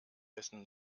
wessen